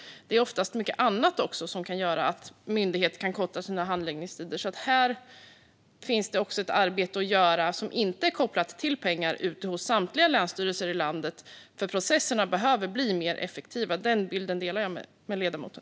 Det är oftast mycket annat som också kan göra att myndigheter kan korta sina handläggningstider. Här finns det också ett arbete att göra som inte är kopplat till pengar ute hos samtliga länsstyrelser i landet, för processerna behöver bli mer effektiva. Den bilden delar jag med ledamoten.